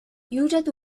يوجد